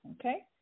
Okay